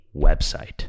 website